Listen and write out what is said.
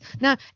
now